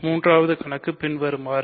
மூன்றாவது கணக்கு பின்வருமாறு